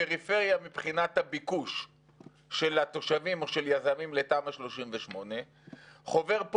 פריפריה מבחינת הביקוש של התושבים או של יזמים לתמ"א 38. חובר פה